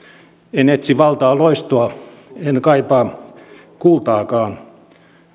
en etsi valtaa loistoa en kaipaa kultaakaan